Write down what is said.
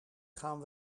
gaan